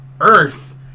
Earth